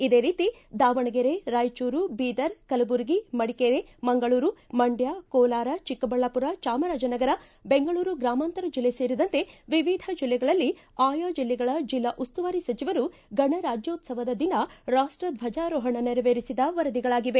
ಇದೇ ರೀತಿ ದಾವಣಗೆರೆ ರಾಯಚೂರು ಬೀದರ್ ಕಲಬುರಗಿ ಮಡಿಕೇರಿ ಮಂಗಳೂರು ಮಂಡ್ಯ ಕೋಲಾರ ಚಿಕ್ಕಬಳ್ಳಾಪುರ ಚಾಮರಾಜನಗರ ಬೆಂಗಳೂರು ಗ್ರಾಮಾಂತರ ಜಿಲ್ಲೆ ಸೇರಿದಂತೆ ವಿವಿಧ ಜಿಲ್ಲೆಗಳಲ್ಲಿ ಆಯಾ ಜಿಲ್ಲೆಗಳ ಜಿಲ್ಲಾ ಉಸ್ತುವಾರಿ ಸಚಿವರು ಗಣ ರಾಜ್ಯೋತ್ಸವ ದಿನ ರಾಷ್ಟ ದ್ವಜಾರೋಹಣ ನೆರವೇರಿಸಿದ ವರದಿಗಳಾಗಿವೆ